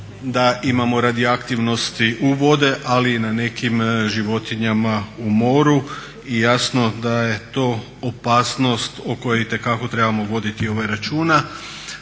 da imamo radioaktivnosti u vode, ali i na nekim životinjama u moru i jasno da je to opasnost o kojoj itekako trebamo voditi računa.